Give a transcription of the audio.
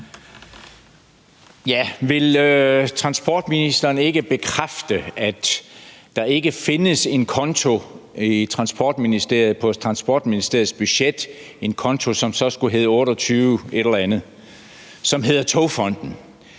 Vil transportministeren ikke bekræfte, at der ikke findes en konto i Transportministeriet på Transportministeriets budget, som så skulle hedde 28 et eller andet, nemlig Togfonden